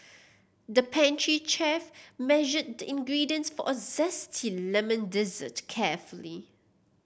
the pastry chef measured the ingredients for a zesty lemon dessert carefully